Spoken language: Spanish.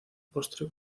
postre